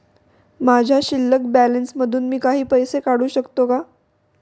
माझ्या शिल्लक बॅलन्स मधून मी काही पैसे काढू शकतो का?